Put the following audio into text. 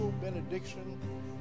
benediction